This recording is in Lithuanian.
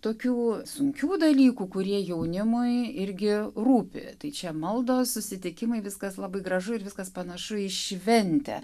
tokių sunkių dalykų kurie jaunimui irgi rūpi tai čia maldos susitikimai viskas labai gražu ir viskas panašu į šventę